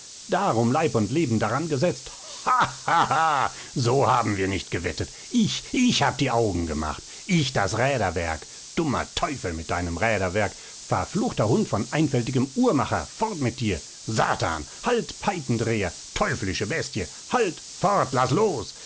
darum leib und leben daran gesetzt ha ha ha ha so haben wir nicht gewettet ich ich hab die augen gemacht ich das räderwerk dummer teufel mit deinem räderwerk verfluchter hund von einfältigem uhrmacher fort mit dir satan halt peipendreher teuflische bestie halt fort laß los